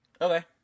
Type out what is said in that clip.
okay